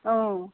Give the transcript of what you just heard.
اۭں